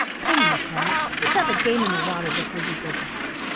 come, they cried, let's have a game in the water before you go back.